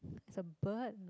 it's a bird